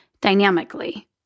dynamically